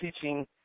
teaching